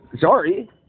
sorry